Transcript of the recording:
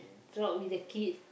throughout with the kids